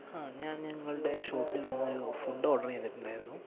ആ ഞാൻ ഞങ്ങളുടെ ഷോപ്പിൽ നിന്നൊരു ഫുഡ്ഡ് ഓർഡർ ചെയ്തിട്ടുണ്ടായിരുന്നു